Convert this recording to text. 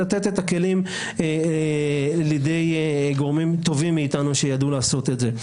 ולתת את הכלים לידי גורמים טובים מאיתנו שיידעו לעשות את זה.